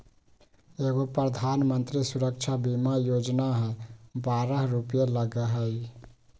एगो प्रधानमंत्री सुरक्षा बीमा योजना है बारह रु लगहई?